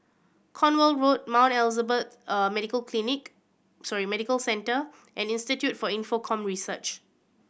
Cornwall Road Mount Elizabeth Medical Clinic sorry Medical Centre and Institute for Infocomm Research